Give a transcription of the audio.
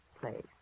place